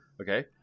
okay